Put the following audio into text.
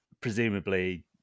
presumably